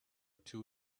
two